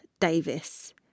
Davis